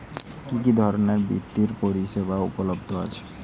কি কি ধরনের বৃত্তিয় পরিসেবা উপলব্ধ আছে?